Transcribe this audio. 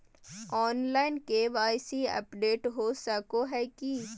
Online KYC update हो सको है की?